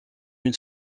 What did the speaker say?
une